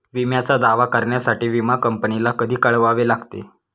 विम्याचा दावा करण्यासाठी विमा कंपनीला कधी कळवावे लागते?